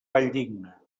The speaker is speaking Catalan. valldigna